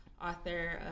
Author